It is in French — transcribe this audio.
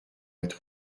être